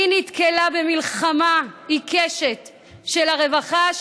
היא נתקלה במלחמה עיקשת של הרווחה,